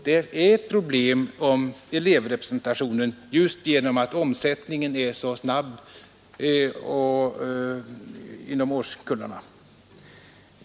Det är ett problem i fråga om elevrepresentationen just detta att omsättningen är så snabb inom årskullarna.